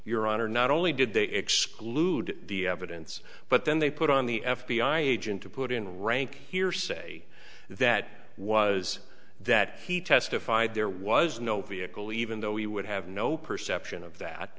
your honor not only did they exclude the evidence but then they put on the f b i agent to put in rank hearsay that was that he testified there was no vehicle even though he would have no perception of that